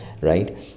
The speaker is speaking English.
right